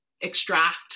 extract